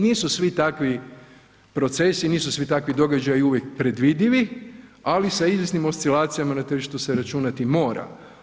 Nisu svi takvi procesu, nisu svi takvi događaji uvijek predvidivi, ali sa izvjesnim oscilacijama na tržištu se računati mora.